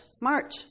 march